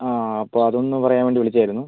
ആ അപ്പോൾ അതൊന്ന് പറയാൻ വേണ്ടി വിളിച്ചതായിരുന്നു